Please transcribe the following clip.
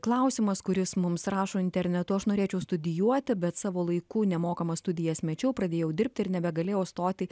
klausimas kuris mums rašo interneto aš norėčiau studijuoti bet savo laiku nemokamas studijas mečiau pradėjau dirbti ir nebegalėjau stoti